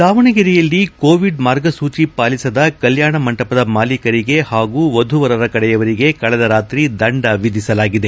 ದಾವಣಗೆರೆಯಲ್ಲಿ ಕೋವಿಡ್ ಮಾರ್ಗಸೂಚಿ ಪಾಲಿಸದ ಕಲ್ಲಾಣ ಮಂಟಪದ ಮಾಲೀಕರಿಗೆ ಹಾಗೂ ವಧು ವರರ ಕಡೆಯವರಿಗೆ ಕಳೆದ ರಾತ್ರಿ ದಂಡ ವಿಧಿಸಲಾಗಿದೆ